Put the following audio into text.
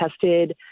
tested